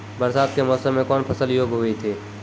बरसात के मौसम मे कौन फसल योग्य हुई थी?